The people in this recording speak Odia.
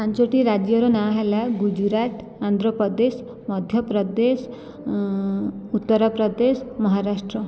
ପାଞ୍ଚୋଟି ରାଜ୍ୟର ନାଁ ହେଲା ଗୁଜୁରାଟ ଆନ୍ଧ୍ର ପ୍ରଦେଶ ମଧ୍ୟ ପ୍ରଦେଶ ଉତ୍ତର ପ୍ରଦେଶ ମହାରାଷ୍ଟ୍ର